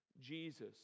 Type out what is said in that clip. Jesus